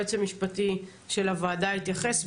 היועץ המשפטי של הוועדה יתייחס.